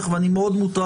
המשנה.